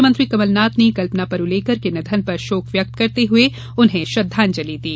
मुख्यमंत्री कमलनाथ ने कल्पना परूलेकर के निधन पर शोक व्यक्त करते हुए उन्हें श्रद्धांजलि दी